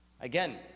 Again